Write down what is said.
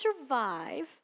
survive